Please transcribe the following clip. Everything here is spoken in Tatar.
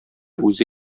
үзе